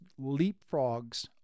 leapfrogs